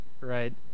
Right